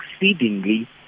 exceedingly